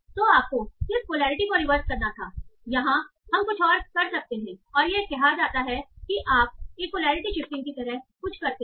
तो आपको सिर्फ पोलैरिटी को रिवर्स करना थायहां हम कुछ और कर सकते हैं और यह कहा जाता है कि आप एक पोलैरिटी शिफ्टिंग की तरह कुछ करते हैं